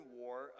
war